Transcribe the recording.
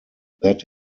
that